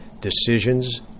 decisions